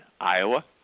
Iowa